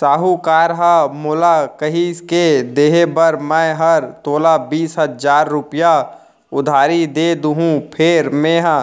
साहूकार ह मोला कहिस के देहे बर मैं हर तोला बीस हजार रूपया उधारी दे देहॅूं फेर मेंहा